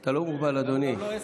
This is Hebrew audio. אתה לא מוגבל, אדוני.